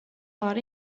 har